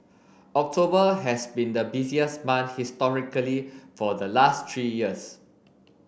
October has been the busiest month historically for the last three years